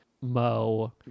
Mo